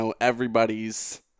everybody's